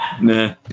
nah